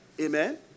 Amen